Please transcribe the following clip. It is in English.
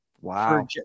Wow